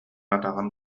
атаҕын